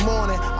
Morning